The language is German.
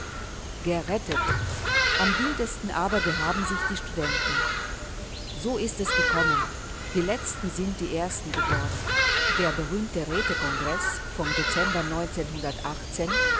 gerettet am wildesten aber gehaben sich die studenten so ist es gekommen die letzten sind die ersten geworden der berühmte rätekongreß vom dezember